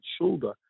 shoulder